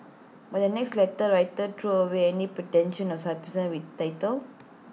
but the next letter writer threw away any pretension of with title